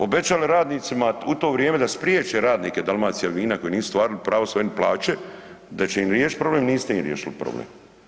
Obećali radnicima u to vrijeme da spriječe radnike Dalmacijavina koji nisu ostvarili svoje pravo, plaće da ćete im riješiti problem, niste ih riješili problem.